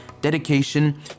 dedication